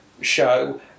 show